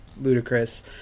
ludicrous